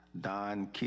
Don